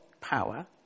power